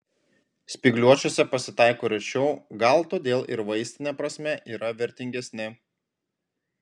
spygliuočiuose pasitaiko rečiau gal todėl ir vaistine prasme yra vertingesni